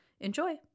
Enjoy